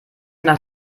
nach